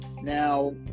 Now